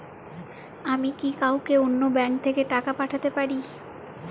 আমি কি কাউকে অন্য ব্যাংক থেকে টাকা পাঠাতে পারি?